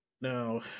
Now